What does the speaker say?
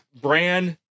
brand